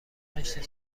هشت